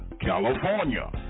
California